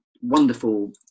wonderful